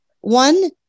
One